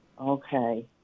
Okay